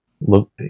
look